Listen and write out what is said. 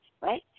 right